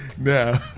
Now